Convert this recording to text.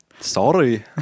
Sorry